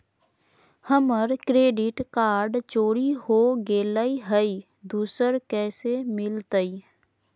हमर credit card चोरी हो गेलय हई, दुसर कैसे मिलतई?